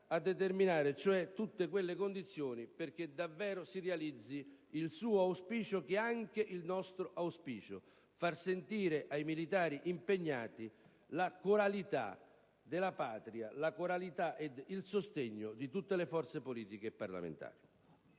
a determinare cioè tutte quelle condizioni perché davvero si realizzi il suo auspicio che è anche il nostro: far sentire ai militari impegnati la coralità della Patria, la coralità ed il sostegno di tutte le forze politiche e parlamentari.